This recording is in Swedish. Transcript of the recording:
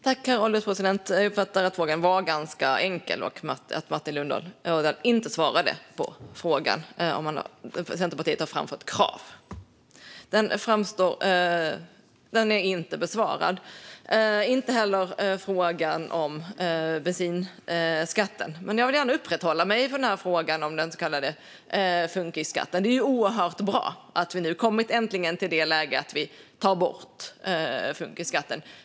Herr ålderspresident! Jag uppfattar att frågan var ganska enkel och att Martin Ådahl inte svarade på om Centerpartiet har framfört krav. Frågan är inte besvarad, och inte heller frågan om bensinskatten. Jag vill ändå gärna uppehålla mig vid frågan om den så kallade funkisskatten. Det är oerhört bra att vi nu äntligen har kommit till läget att vi tar bort funkisskatten.